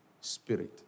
Spirit